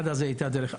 עד אז היא הייתה דרך עפר.